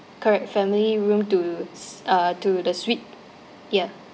correct family room to s~ uh to the suite ya